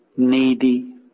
needy